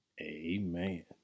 amen